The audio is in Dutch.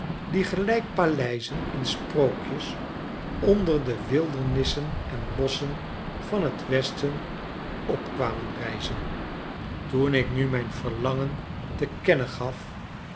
die geltjk paleizen in sprookjes onder de wildernissen enbosschen van t westen op kwamen rijzen toen ik nu mijn verlangen te kennen gaf